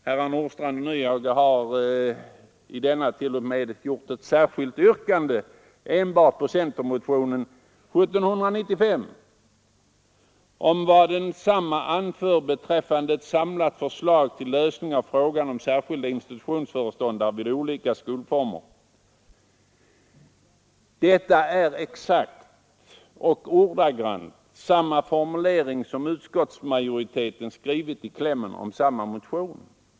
Herrar Nordstrandh och Nyhage har i denna t.o.m. ställt ett yrkande som grundar sig enbart på centermotionen 1795 som begär ett samlat förslag till lösning av frågan om särskilda institutionsföreståndare vid olika skolformer. Detta är exakt och ordagrant samma formulering som utskottet använder i klämmen om samma motion.